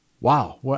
Wow